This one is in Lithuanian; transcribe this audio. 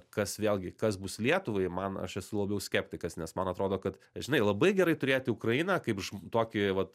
kas vėlgi kas bus lietuvai man aš esu labiau skeptikas nes man atrodo kad žinai labai gerai turėti ukrainą kaip žm tokį vat